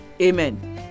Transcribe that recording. Amen